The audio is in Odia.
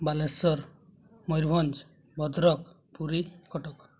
ବାଲେଶ୍ୱର ମୟୂରଭଞ୍ଜ ଭଦ୍ରକ ପୁରୀ କଟକ